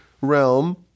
realm